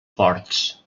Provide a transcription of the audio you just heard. ports